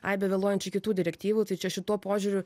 aibė vėluojančių kitų direktyvų tai čia šituo požiūriu